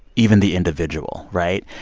even the individual, right?